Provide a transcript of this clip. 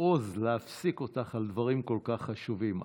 העוז להפסיק אותך בדברים כל כך חשובים.